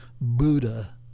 Buddha